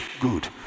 good